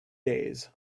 days